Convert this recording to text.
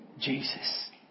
Jesus